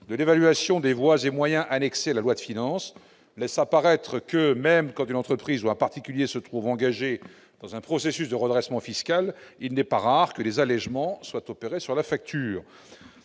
de l'évaluation des voies et moyens annexé à la loi de finances laisse apparaître que, même quand une entreprise ou un particulier se trouve engagé dans un processus de redressement fiscal, il n'est pas rare que des allégements soient opérés sur la facture.